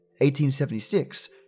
1876